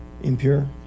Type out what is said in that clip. impure